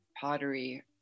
pottery